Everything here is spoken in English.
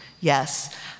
Yes